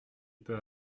peut